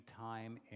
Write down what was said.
time